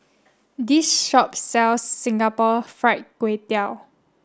this shop sells Singapore fried Kway Tiao